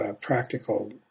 practical